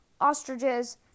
ostriches